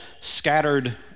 scattered